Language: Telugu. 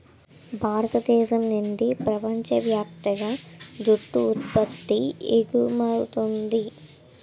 భారతదేశం నుండి ప్రపంచ వ్యాప్తంగా జూటు ఉత్పత్తి ఎగుమవుతుంది